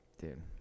Dude